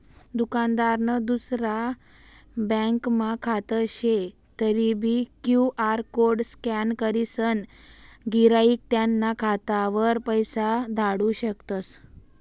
दुकानदारनं दुसरा ब्यांकमा खातं शे तरीबी क्यु.आर कोड स्कॅन करीसन गिराईक त्याना खातावर पैसा धाडू शकतस